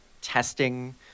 testing